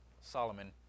Solomon